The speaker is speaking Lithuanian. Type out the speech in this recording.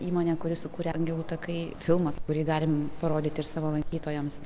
įmonė kuri sukūrė angelų takai filmą kurį galim parodyti ir savo lankytojams